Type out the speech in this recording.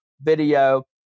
video